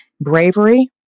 bravery